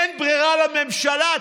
אין ברירה לממשלה?